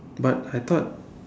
but I thought